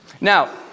Now